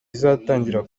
izatangira